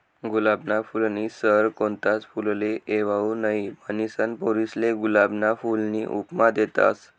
गुलाबना फूलनी सर कोणताच फुलले येवाऊ नहीं, म्हनीसन पोरीसले गुलाबना फूलनी उपमा देतस